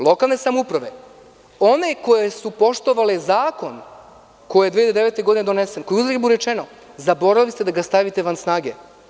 Lokalne samouprave, one koje su poštovale zakon koji je 2009. godine donesen, koji ste zaboravili da stavite van snage…